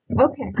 Okay